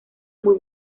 muy